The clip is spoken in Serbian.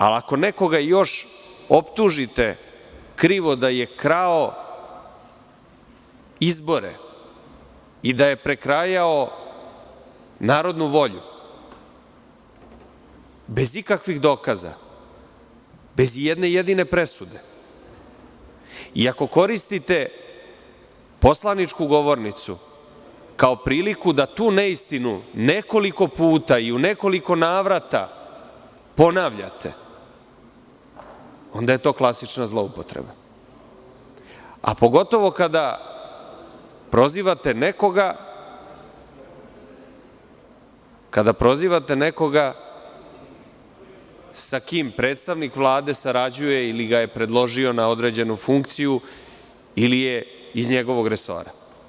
Ali, ako nekoga još i optužite da je krao izbore i da je prekrajao narodnu volju bez ikakvih dokaza, bez ijedne jedine presude, i ako koristite poslaničku govornicu kao priliku da tu neistinu nekoliko puta i u nekoliko navrata ponavljate, onda je to klasična zloupotreba, pogotovo kada prozivate nekoga sa kim predstavnik Vlade sarađuje ili ga je predložio na određenu funkciju ili je iz njegovog resora.